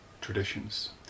traditions